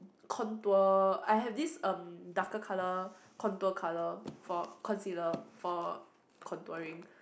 contour I have this um darker colour contour colour for concealer for contouring